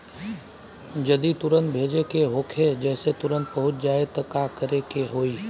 जदि तुरन्त भेजे के होखे जैसे तुरंत पहुँच जाए त का करे के होई?